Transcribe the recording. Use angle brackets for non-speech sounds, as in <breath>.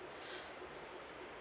<breath>